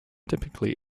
typically